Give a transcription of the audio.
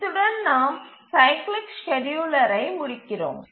இத்துடன் நாம் cyclic scheduler முடிக்கிறோம்